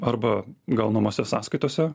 arba gaunamose sąskaitose